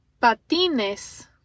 patines